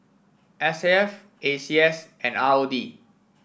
S A F A C S and R O D